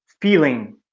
feeling